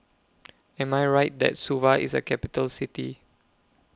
Am I Right that Suva IS A Capital City